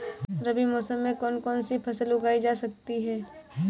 रबी मौसम में कौन कौनसी फसल उगाई जा सकती है?